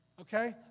Okay